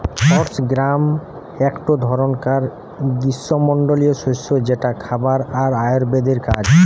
horse gram একটো ধরণকার গ্রীস্মমন্ডলীয় শস্য যেটা খাবার আর আয়ুর্বেদের কাজ